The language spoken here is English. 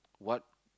what